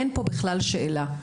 אין פה בכלל שאלה.